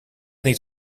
niet